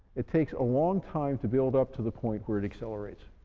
it takes a long time to build up to the point where it accelerates.